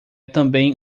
também